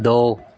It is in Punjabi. ਦੋ